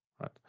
right